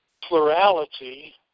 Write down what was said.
plurality